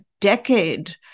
decade